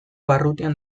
barrutian